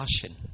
passion